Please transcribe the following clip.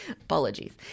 Apologies